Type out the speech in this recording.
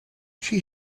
she